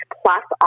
plus